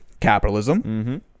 capitalism